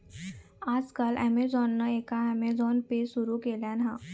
आज काल ॲमेझॉनान पण अँमेझॉन पे सुरु केल्यान हा